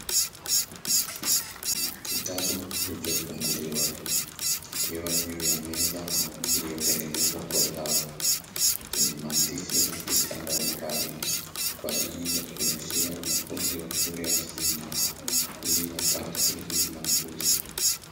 Kitabu kilichofunguliwa kikiwa juu ya meza iliyotengenezwa kwa mbao, chenye maandishi na picha mbalimbali kwa ajili ya kufundishia wanafunzi wa shule ya msingi, ili wapate elimu na ujuzi.